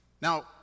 Now